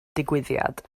digwyddiad